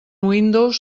windows